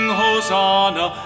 hosanna